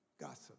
gossip